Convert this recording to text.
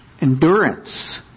Endurance